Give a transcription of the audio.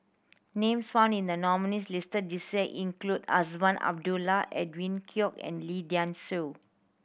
names found in the nominees' list this year include Azman Abdullah Edwin Koek and Lee Dai Soh